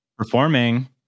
performing